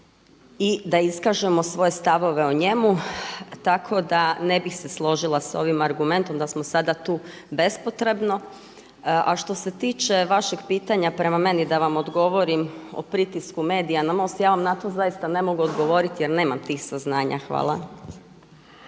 i da iskažemo svoje stavove o njemu, tako da ne bih se složila s ovim argumentom da smo sada tu bespotrebno. A što se tiče vašega pitanja prema meni da vam odgovorim o pritisku medija na MOST ja vam na to zaista ne mogu odgovoriti jer nema tih saznanja. Hvala.